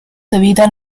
evitan